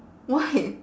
why